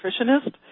nutritionist